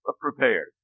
prepared